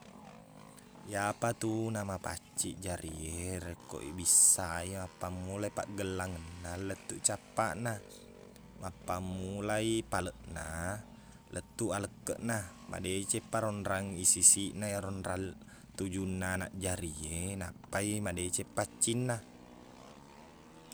Iyapatu namappaccing jari e rekko ibissai mappammula paqgellanganna lettuq cappana mappammulai paleqna lettuq alekkeqna madeceng paro nrang isisiqna iyaro onrang tujunnanaq jari e nappai madeceng paccingna